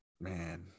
man